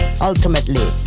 ultimately